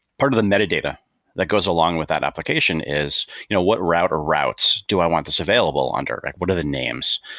part of the metadata that goes along with that application is you know what route or routes do i want this available under, like what are the names?